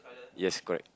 yes correct